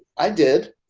i did.